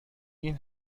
این